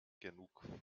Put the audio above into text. genug